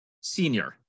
senior